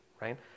right